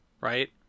right